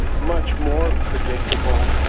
much more predictable,